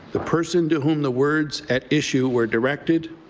the person to whom the words at issue were directed,